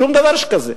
שום דבר שכזה.